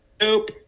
Nope